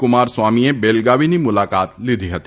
કુમારસ્વામીએ બેલગાવીની મુલાકાત લીધી હતી